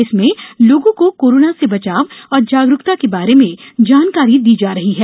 इसमें लोगों को कोरोना से बचाव और जागरूकता के बारे में जानकारी दी जा रही है